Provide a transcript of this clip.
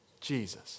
Jesus